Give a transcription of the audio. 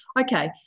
okay